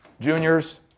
juniors